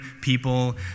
people